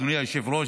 אדוני היושב-ראש,